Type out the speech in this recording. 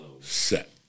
Set